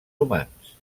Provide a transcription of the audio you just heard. humans